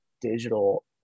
digital